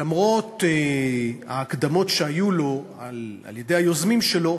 למרות ההקדמות שהיו לו על-ידי היוזמים שלו,